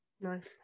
Nice